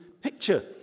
picture